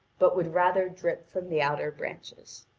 but would rather drip from the outer branches.